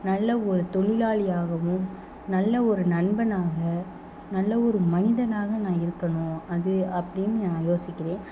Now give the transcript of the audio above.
நல்ல ஒரு தொழிலாளியாகவும் நல்ல ஒரு நண்பனாக நல்ல ஒரு மனிதனாக நான் இருக்கணும் அது அப்படின்னு நான் யோசிக்கிறேன்